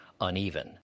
uneven